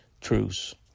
truce